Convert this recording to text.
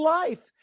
life